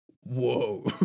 whoa